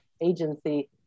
agency